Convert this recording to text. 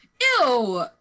Ew